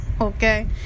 Okay